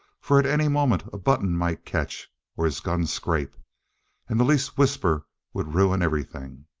for at any moment a button might catch or his gun scrape and the least whisper would ruin everything.